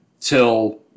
till